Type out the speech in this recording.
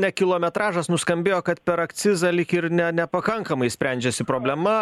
ne kilometražas nuskambėjo kad per akcizą lyg ir ne nepakankamai sprendžiasi problema